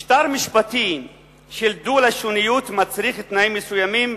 משטר משפטי של דו-לשוניות מצריך תנאים מסוימים,